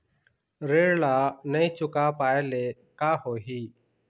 ऋण ला नई चुका पाय ले का होही?